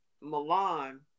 Milan